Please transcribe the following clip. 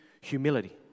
humility